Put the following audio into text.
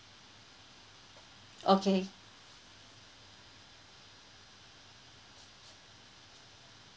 okay